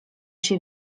się